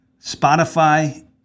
Spotify